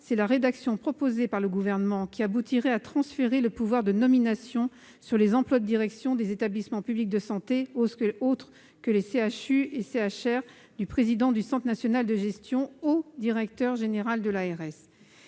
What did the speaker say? c'est la rédaction proposée par le Gouvernement qui aboutirait à transférer le pouvoir de nomination sur les emplois de direction des établissements publics de santé autres que les CHU et les CHR du président du Centre national de gestion au directeur général de l'ARS.